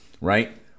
right